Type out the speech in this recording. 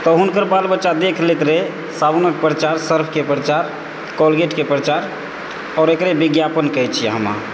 तऽ हुनकर बाल बच्चा देख लैत रहै साबुनके प्रचार सर्फके प्रचार कोलगेटके प्रचार आओर एकरे विज्ञापन कहै छियैक हम अहाँ